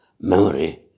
memory